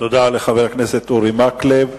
תודה לחבר הכנסת אורי מקלב.